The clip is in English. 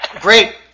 Great